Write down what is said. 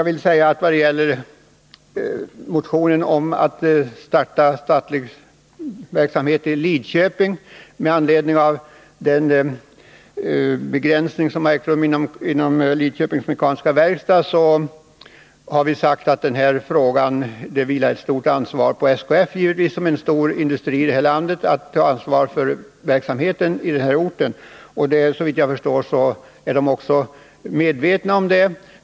Vad gäller motionen om att starta statlig verksamhet i Lidköping med anledning av den begränsning som ägt rum inom Lidköpings Mekaniska Verkstad vill jag säga att SKF, som är en stor industri, har ett betydande ansvar för verksamheten på orten. Såvitt jag vet är man också medveten om det.